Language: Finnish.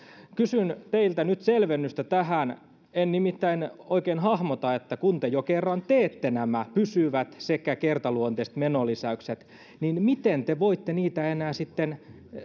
kysyn teiltä nyt selvennystä tähän en nimittäin oikein hahmota sitä että kun te jo kerran teette nämä pysyvät sekä kertaluonteiset menolisäykset niin miten te voitte niitä enää sitten